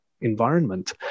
environment